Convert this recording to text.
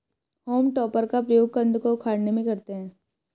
home टॉपर का प्रयोग कन्द को उखाड़ने में करते हैं